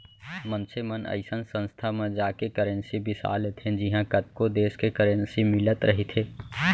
मनसे मन अइसन संस्था म जाके करेंसी बिसा लेथे जिहॉं कतको देस के करेंसी मिलत रहिथे